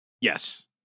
Yes